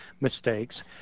mistakes